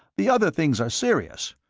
the other things are serious,